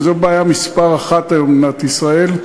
שזו הבעיה מספר אחת היום במדינת ישראל,